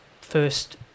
first